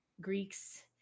Greeks